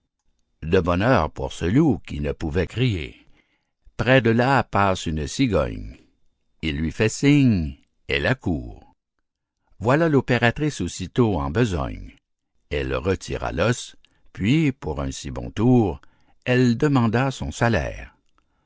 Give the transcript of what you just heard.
de bonheur pour ce loup qui ne pouvait crier près de là passe une cigogne il lui fait signe elle accourt voilà l'opératrice aussitôt en besogne elle retira l'os puis pour un si bon tour elle demanda son salaire